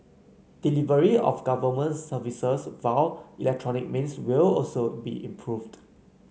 delivery of government services via electronic means will also be improved